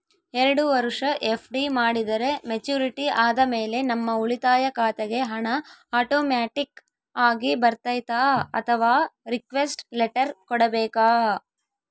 ಎರಡು ವರುಷ ಎಫ್.ಡಿ ಮಾಡಿದರೆ ಮೆಚ್ಯೂರಿಟಿ ಆದಮೇಲೆ ನಮ್ಮ ಉಳಿತಾಯ ಖಾತೆಗೆ ಹಣ ಆಟೋಮ್ಯಾಟಿಕ್ ಆಗಿ ಬರ್ತೈತಾ ಅಥವಾ ರಿಕ್ವೆಸ್ಟ್ ಲೆಟರ್ ಕೊಡಬೇಕಾ?